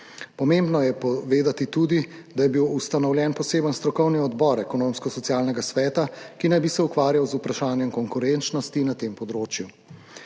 Pomembno je povedati tudi, da je bil ustanovljen poseben strokovni odbor Ekonomsko-socialnega sveta, ki naj bi se ukvarjal z vprašanjem konkurenčnosti na tem področju.